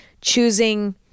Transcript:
choosing